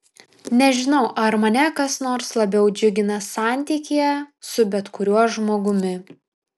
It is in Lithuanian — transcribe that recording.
nežinau ar mane kas nors labiau džiugina santykyje su bet kuriuo žmogumi